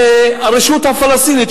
זה הרשות הפלסטינית,